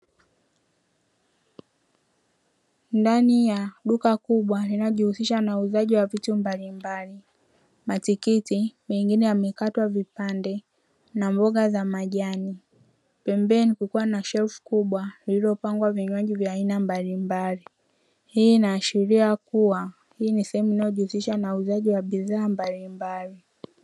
Ndani ya duka kubwa linalojihusisha na uuzaji wa vitu mbalimbali, matikiti mengine yamekatwa vipande na mboga za majani, pembeni kukiwa na shelfu kubwa lililopangwa vinywaji vya aina mbalimbali. Hii inaashiria kuwa hii ni sehemu inayojihusisha na uuzaji wa bidhaa mbalimbali.